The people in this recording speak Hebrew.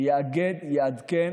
שייתנו יתרון לפריפריה,